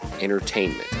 Entertainment